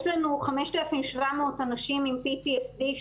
יש לנו 5,700 אנשים עם PTSD,